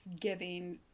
giving